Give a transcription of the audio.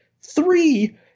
Three